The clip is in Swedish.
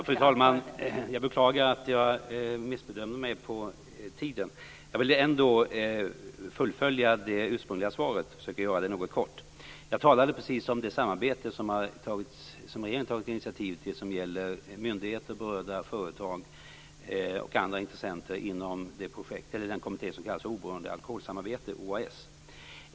Fru talman! Jag beklagar att jag missbedömde tiden i mitt förra inlägg. Jag vill därför fullfölja det ursprungliga svaret, och jag försöker göra det något kort. Jag talade precis om det samarbete som regeringen tagit initiativ till som gäller myndigheter, berörda företag och andra intressenter inom den kommitté som kallas Oberoende Alkoholsamarbetet, OAS.